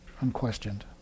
unquestioned